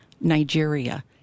Nigeria